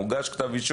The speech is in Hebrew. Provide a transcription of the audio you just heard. מוגש כתב אישום.